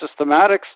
systematics